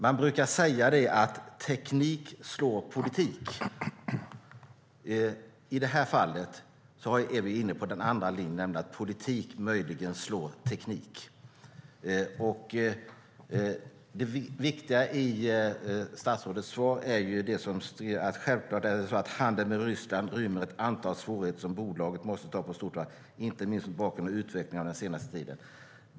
Man brukar säga att teknik slår politik. I det här fallet är vi inne på den andra linjen, nämligen att politik möjligen slår teknik. Det viktiga i statsrådets svar är att handel med Ryssland självklart rymmer ett antal svårigheter som bolaget måste ta på stort allvar, inte minst mot bakgrund av utvecklingen den senaste tiden.